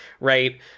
right